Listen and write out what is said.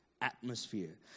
Atmosphere